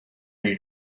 you